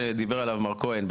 שדיבר עליו מר כהן,